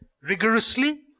rigorously